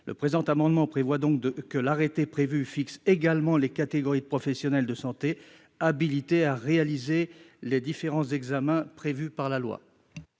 Le présent amendement vise donc à ce que l'arrêté prévu fixe également les catégories de professionnels de santé habilités à réaliser les différents examens prévus par la loi.